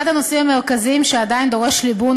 אחד הנושאים המרכזיים שעדיין דורש ליבון